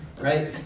Right